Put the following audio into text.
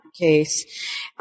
case